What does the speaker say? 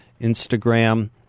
Instagram